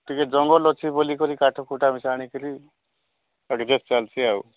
ଟିକେ ଜଙ୍ଗଲ ଅଛି ବୋଲିକରି କାଠ କୁଟା ମିଶା ଆଣିକରି ଆଡଜେଷ୍ଟ ଚାଲିଛି ଆଉ